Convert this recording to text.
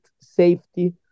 safety